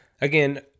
again